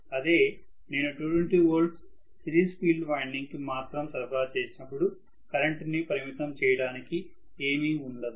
అదే నేను 220 volts series field winding కి మాత్రం సరఫరా చేసినపుడు కరెంటు ని పరిమితం చేయడానికి ఏమీ ఉండదు